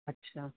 ਅੱਛਾ